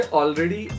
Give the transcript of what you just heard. already